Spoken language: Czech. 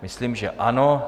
Myslím, že ano.